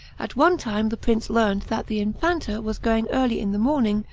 at one time the prince learned that the infanta was going, early in the morning,